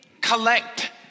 collect